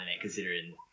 considering